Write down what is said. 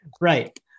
Right